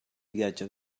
viatge